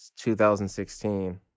2016